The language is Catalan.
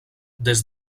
des